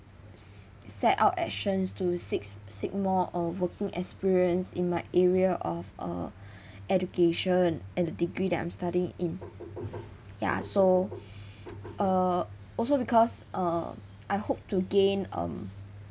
s~ set out actions to seek seek more uh working experience in my area of uh education and the degree that I'm studying in ya so err also because uh I hope to gain um